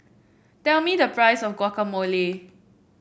tell me the price of Guacamole